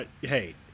Hey